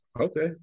Okay